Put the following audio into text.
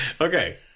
Okay